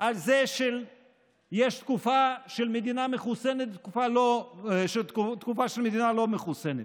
על זה שיש תקופה של מדינה מחוסנת ותקופה של מדינה לא מחוסנת.